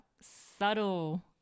subtle